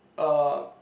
uh